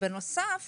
ובנוסף